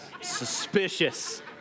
suspicious